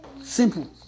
Simple